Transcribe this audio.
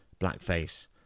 blackface